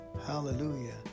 Hallelujah